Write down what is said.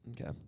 okay